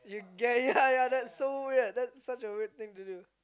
get ya ya that's so weird that's such a weird thing to do